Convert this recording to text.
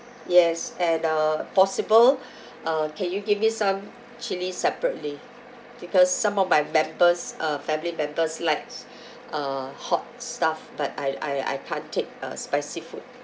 yes and uh possible uh can you give me some chilli separately because some of my members uh family members likes uh hot stuff but I I I can't take uh spicy food